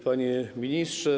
Panie Ministrze!